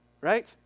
Right